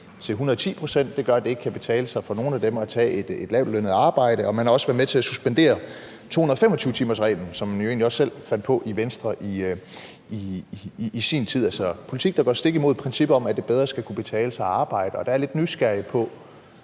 af dem betyder, at det ikke kan betale sig at tage et lavtlønnet arbejde, og man har også været med til at suspendere 225-timersreglen, som man jo egentlig også selv fandt på i Venstre i sin tid. Det er altså en politik, der går stik imod princippet om, at det bedre skal kunne betale sig at arbejde. Der er jeg lidt nysgerrig på